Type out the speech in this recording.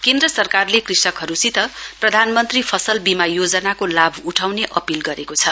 केन्द्र सरकारले कृषकहरूसित प्रधानमन्त्री फसल बीमा योजनाको लाभ उठाउने अपील गरेको छ